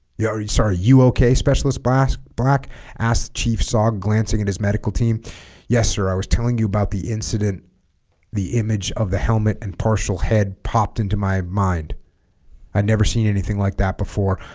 yo are you sorry you okay specialist blast black asked chief sog glancing at and his medical team yes sir i was telling you about the incident the image of the helmet and partial head popped into my mind i'd never seen anything like that before